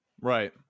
Right